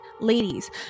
ladies